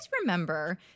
remember